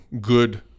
good